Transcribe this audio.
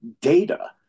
data